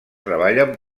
treballen